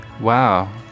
wow